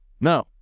no